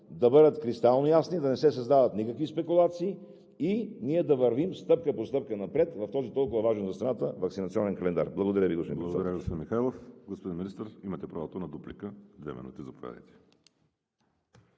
да бъдат кристалноясни, да не се създават никакви спекулации и да вървим стъпка по стъпка напред в този толкова важен за страната Ваксинационен календар. Благодаря Ви, господин Председател.